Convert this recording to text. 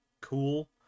cool